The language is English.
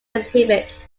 exhibits